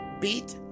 beat